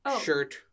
shirt